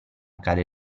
cade